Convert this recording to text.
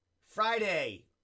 Friday